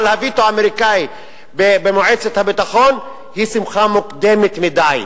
על הווטו האמריקני במועצת הביטחון היא שמחה מוקדמת מדי.